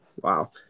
wow